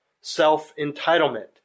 self-entitlement